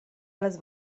allas